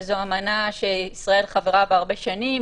שזו אמנה שישראל חברה בה הרבה שנים,